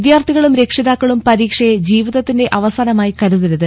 വിദ്യാർത്ഥികളും രക്ഷിതാക്കളും പരീക്ഷയെ ജീവിതത്തിന്റെ അവസാനമായി കരുതരുത്